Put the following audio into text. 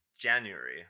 January